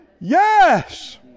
Yes